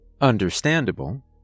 Understandable